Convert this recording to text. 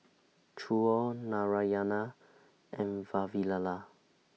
Choor Narayana and Vavilala